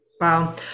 Wow